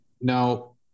now